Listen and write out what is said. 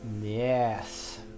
yes